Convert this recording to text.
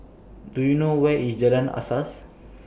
Do YOU know Where IS Jalan Asas